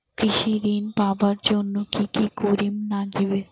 কৃষি ঋণ পাবার জন্যে কি কি করির নাগিবে?